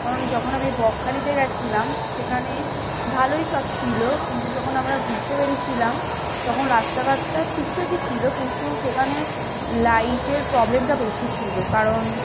কারণ যখন আমি বকখালিতে গেছিলাম সেখানে ভালোই সব ছিলো কিন্তু যখন আমরা ঘুরতে বেরিয়েছিলাম তখন রাস্তাঘাটটা ঠিকঠাকই ছিলো কিন্তু সেখানে লাইটের প্রবলেমটা বেশি ছিলো কারণ